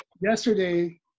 yesterday